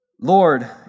Lord